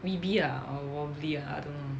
b b ah or wobbly ah I don't know